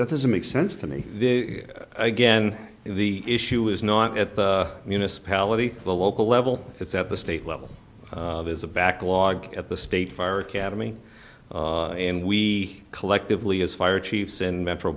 that doesn't make sense to me again the issue is not at the municipality the local level it's at the state level there's a backlog at the state fire academy and we collectively as fire chiefs and metro